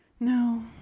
No